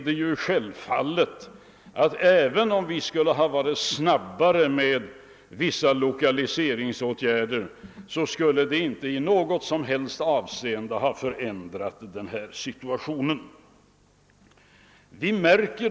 Det är självklart att situationen inte skulle ha förändrats i något avseende om vi hade vidtagit vissa lokaliseringsåtgärder litet snabbare.